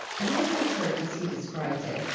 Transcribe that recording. his research, as he describes it,